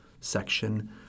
section